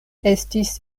estis